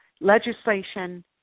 legislation